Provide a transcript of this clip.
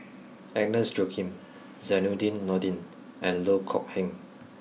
Agnes Joaquim Zainudin Nordin and Loh Kok Heng